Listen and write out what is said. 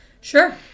Sure